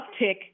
uptick